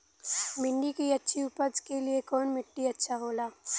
भिंडी की अच्छी उपज के लिए कवन मिट्टी अच्छा होला?